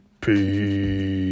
Peace